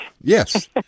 Yes